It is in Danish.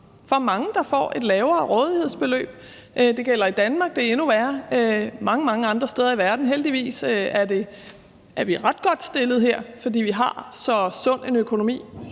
hvor mange får et lavere rådighedsbeløb. Det gælder i Danmark, og det er endnu værre mange, mange andre steder i verden. Heldigvis er vi ret godt stillet her, fordi vi har så sund en økonomi,